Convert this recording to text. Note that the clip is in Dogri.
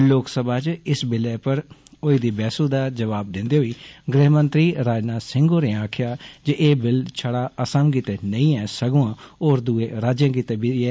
लोकसभा च इस बिलै पर होई दी बैहसू दा जवाब दिन्दे होई गृहमंत्री राजनाथ सिंह होरें आक्खेआ ए बिल छडा असम गितै गै नेई ऐ सगुआ होर दुए राज्यें गितै बी ऐ